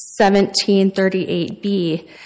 1738B